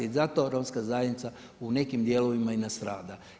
Zato romska zajednica u nekim dijelovima i nastrada.